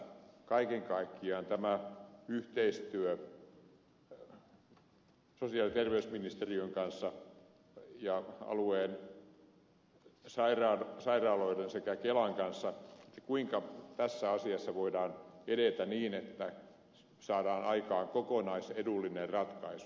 kaiken kaikkiaan tämä yhteistyö sosiaali ja terveysministeriön kanssa ja alueen sairaaloiden sekä kelan kanssa kuinka tässä asiassa voidaan edetä niin että saadaan aikaan kokonaisedullinen ratkaisu